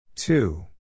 Two